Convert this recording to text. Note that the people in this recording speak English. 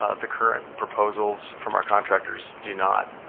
ah the current proposals from our contractors do not